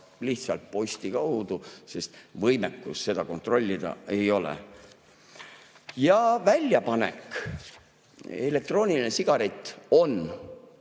lihtsalt posti kaudu, sest võimekust seda kontrollida ei ole. Ja väljapanek. Elektrooniline sigaret on